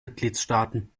mitgliedstaaten